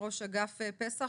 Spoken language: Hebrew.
ראש אגף פס"ח.